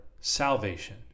salvation